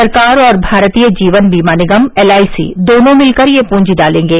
सरकार और Bharatiya Jeevan Bima Nigam L I C दोनों मिलकर यह पूंजी डालेंगे